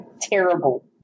Terrible